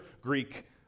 Greek